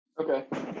okay